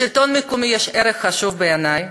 לשלטון מקומי יש ערך חשוב בעיני,